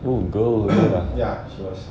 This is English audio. oo girl